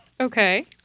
Okay